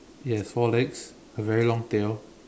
it has four legs a very long tail